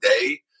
day